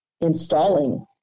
installing